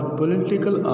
political